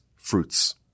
Fruits